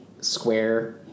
square